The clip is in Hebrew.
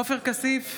עופר כסיף,